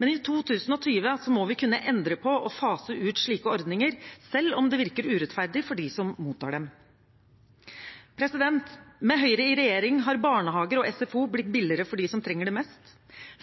Men i 2020 må vi kunne endre på og fase ut slike ordninger, selv om det virker urettferdig for dem som mottar dem. Med Høyre i regjering har barnehager og SFO blitt billigere for dem som trenger det mest.